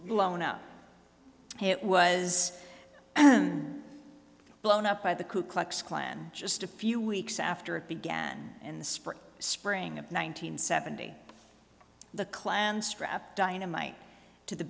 blown up it was an blown up by the ku klux klan just a few weeks after it began in the spring spring of one nine hundred seventy the klan strap dynamite to the